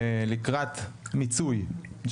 נכון,